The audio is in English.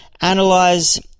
analyze